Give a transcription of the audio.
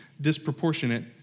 disproportionate